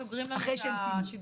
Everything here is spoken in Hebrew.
לפני שסוגרים לנו את השידור.